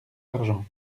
argens